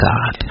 God